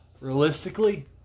Realistically